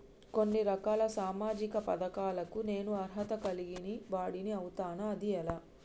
కొన్ని రకాల సామాజిక పథకాలకు నేను అర్హత కలిగిన వాడిని అవుతానా? అది ఎలా?